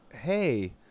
hey